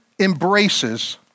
embraces